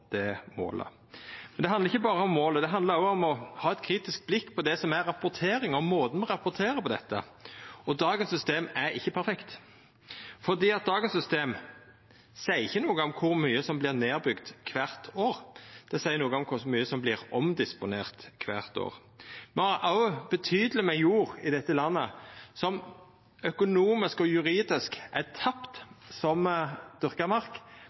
det målet. Men det handlar ikkje berre om målet, det handlar òg om å ha eit kritisk blikk på rapporteringa og måten me rapporterer dette på. Dagens system er ikkje perfekt, for det seier ikkje noko om kor mykje som vert nedbygd kvart år, det seier noko om kor mykje som vert omdisponert kvart år. Me har òg betydeleg med jord i dette landet som økonomisk og juridisk er tapt som dyrka mark,